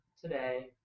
today